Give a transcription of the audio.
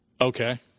Okay